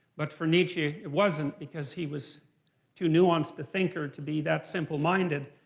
but for nietzsche, it wasn't because he was too nuanced a thinker to be that simple-minded.